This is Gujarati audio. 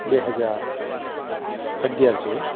બે હજાર અગિયાર છે